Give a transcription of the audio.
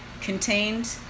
contained